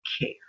care